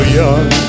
young